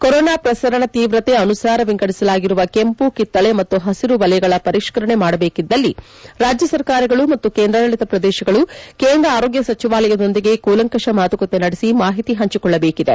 corona ಪ್ರಸರಣ ತೀವ್ರತೆ ಅನುಸಾರ ವಿಂಗಡಿಸಲಾಗಿರುವ ಕೆಂಪು ಕಿತ್ತಳಿ ಮತ್ತು ಹಸಿರು ವಲಯಗಳ ಪರಿಷ್ಕ ರಣೆ ಮಾಡಬೇಕಿದ್ದಲ್ಲಿ ರಾಜ್ಯ ಸರಕಾರಗಳು ಮತ್ತು ಕೇಂದ್ರಾಡಳಿತ ಪ್ರದೇಶಗಳು ಕೇಂದ್ರ ಆರೋಗ್ಯ ಸಚಿವಾಲಯದೊಂದಿಗೆ ಕೂಲಂಕಷ ಮಾತುಕತೆ ನಡೆಸಿ ಮಾಹಿತಿ ಹಂಚಿಕೊಳ್ಳಬೇಕಿದೆ